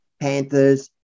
panthers